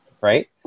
right